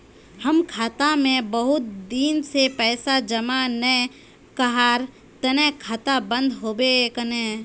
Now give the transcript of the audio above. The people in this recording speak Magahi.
हम खाता में बहुत दिन से पैसा जमा नय कहार तने खाता बंद होबे केने?